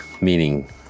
meaning